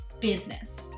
business